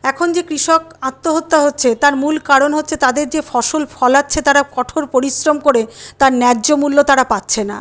এখন যে কৃষক আত্মহত্যা হচ্ছে তার মূল কারণ হচ্ছে তাদের যে ফসল ফলাচ্ছে তারা কঠোর পরিশ্রম করে তার ন্যায্য মূল্য তারা পাচ্ছে না